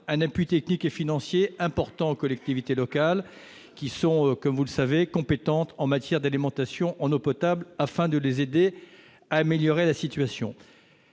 un appui technique et financier important aux collectivités locales, qui sont, comme vous le savez, compétentes en matière d'alimentation en eau potable, afin de les aider à améliorer la situation.